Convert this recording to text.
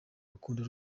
rukundo